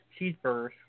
cheeseburgers